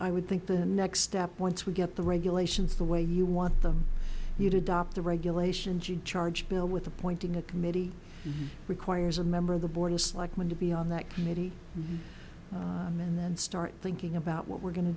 i would think the next step once we get the regulations the way you want them to adopt the regulations in charge bill with appointing a committee requires a member of the board just like when to be on that committee and then start thinking about what we're going to